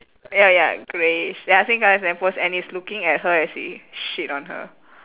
ya ya greyish ya same colour as the lamp post and it's looking at her as he shit on her